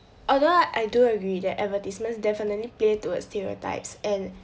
although I do agree that advertisements definitely play towards stereotypes and